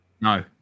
No